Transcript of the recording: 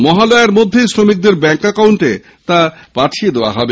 মহালয়ার মধ্যেই শ্রমিকদের ব্যাঙ্ক একাউন্টে তা পাঠিয়ে দেওয়া হবে